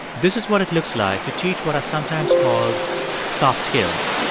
this is what it looks like to teach what are sometimes called soft skills,